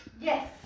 yes